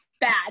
Bad